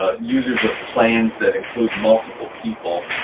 ah users of plans that include multiple people.